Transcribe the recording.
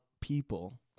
people